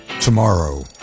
tomorrow